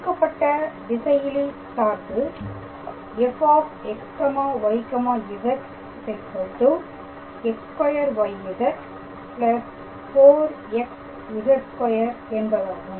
கொடுக்கப்பட்ட திசையிலி சார்பு fxyz x2yz 4xz2 என்பதாகும்